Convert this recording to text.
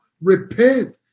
repent